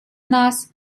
нас